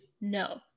No